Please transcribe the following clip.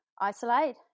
isolate